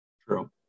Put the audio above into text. True